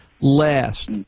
Last